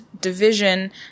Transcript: division